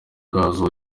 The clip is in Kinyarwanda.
bwazo